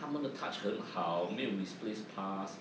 他们的 touch 很好没有 misplaced pass